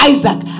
Isaac